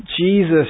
jesus